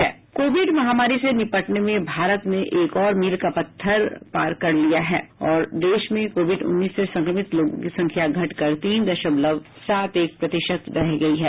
Covid महामारी से निपटने में भारत ने एक और मील का पत्थर पार कर लिया है और देश में कोविड उन्नीस से संक्रमित लोगों की संख्या घटकर तीन दशमलव सात एक प्रतिशत रह गई है